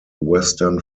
western